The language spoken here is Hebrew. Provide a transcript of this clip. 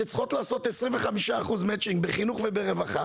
שצריכות לעשות 25% מצ'ינג בחינוך וברווחה,